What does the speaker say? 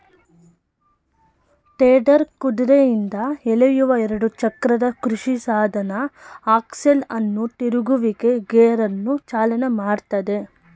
tedder ಕುದುರೆಯಿಂದ ಎಳೆಯುವ ಎರಡು ಚಕ್ರದ ಕೃಷಿಸಾಧನ ಆಕ್ಸೆಲ್ ಅನ್ನು ತಿರುಗುವಿಕೆ ಗೇರನ್ನು ಚಾಲನೆ ಮಾಡ್ತದೆ